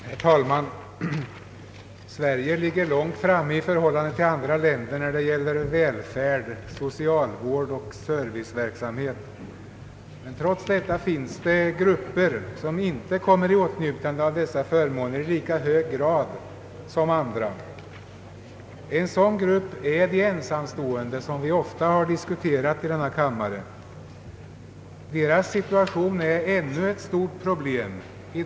Herr talman! Sverige ligger långt framme i förhållande till andra länder när det gäller välfärd, socialvård och serviceverksamhet. Trots detta finns det grupper som inte kommer i åtnjutande av dessa förmåner i lika hög grad som andra. En sådan grupp är de ensamstående, som vi ofta diskuterat i denna kammare. Deras situation är ännu i dagens samhälle ett stort problem.